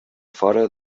fora